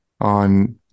on